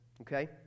Okay